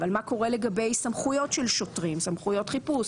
אבל מה קורה לגבי סמכויות של שוטרים סמכויות חיפוש,